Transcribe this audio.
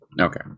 Okay